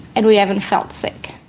and we even felt sick.